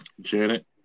Janet